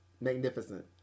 magnificent